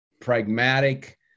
pragmatic